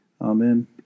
Amen